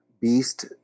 beast